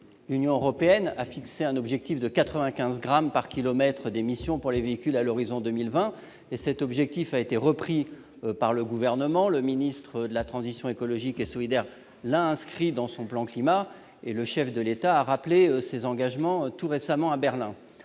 L'Union européenne a fixé un objectif de 95 grammes d'émissions de dioxyde de carbone par kilomètre pour les véhicules à l'horizon de 2020. Cet objectif a été repris par le Gouvernement : le ministre de la transition écologique et solidaire l'a inscrit dans son plan Climat, et le chef de l'État a rappelé cet engagement tout récemment à Berlin.